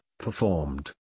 performed